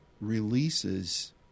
releases